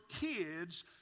kids